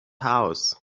house